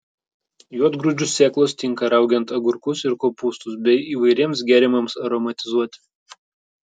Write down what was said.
juodgrūdžių sėklos tinka raugiant agurkus ir kopūstus bei įvairiems gėrimams aromatizuoti